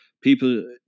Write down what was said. people